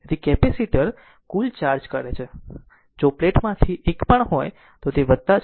તેથી કેપેસિટર કુલ ચાર્જ કરે છે જો પ્લેટમાંથી એક પણ હોય તો તે છે અને આ છે